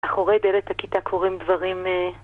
מאחורי דלת הכיתה קוראים דברים אה...